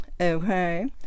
Okay